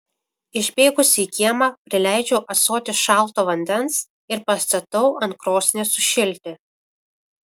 išbėgusi į kiemą prileidžiu ąsotį šalto vandens ir pastatau ant krosnies sušilti